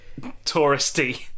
touristy